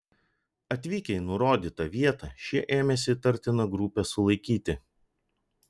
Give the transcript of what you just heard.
atvykę į nurodytą vietą šie ėmėsi įtartiną grupę sulaikyti